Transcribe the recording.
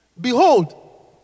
Behold